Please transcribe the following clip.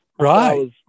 right